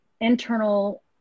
internal